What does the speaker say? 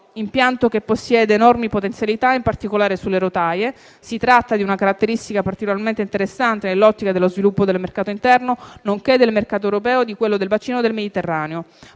impianto che possiede enormi potenzialità, in particolare sulle rotaie. Si tratta di una caratteristica particolarmente interessante nell'ottica dello sviluppo del mercato interno, nonché del mercato europeo e di quello del bacino del Mediterraneo.